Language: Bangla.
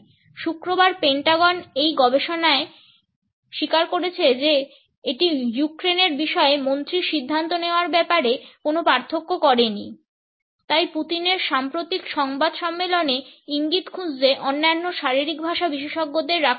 শুক্রবার পেন্টাগন এই ধরনের গবেষণায় স্বীকার করেছে যে এটি ইউক্রেনের বিষয়ে মন্ত্রীর সিদ্ধান্ত নেওয়ার ব্যাপারে কোনও পার্থক্য করেনি তাই পুতিনের সাম্প্রতিক সংবাদ সম্মেলনে ইঙ্গিত খুঁজতে অন্যান্য শারীরিক ভাষা বিশেষজ্ঞদের রাখা হয়নি